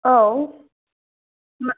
औ